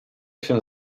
się